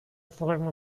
form